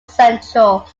central